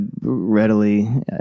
readily